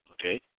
okay